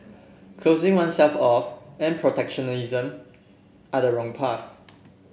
closing oneself off and protectionism are the wrong path